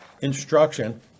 instruction